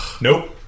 Nope